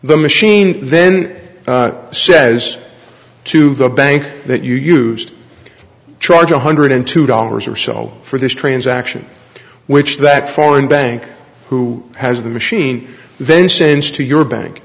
the machine then says to the bank that you used to charge one hundred two dollars or so for this transaction which that foreign bank who has the machine then sends to your bank